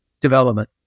development